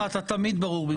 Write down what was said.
אתה תמיד ברור בדבריך.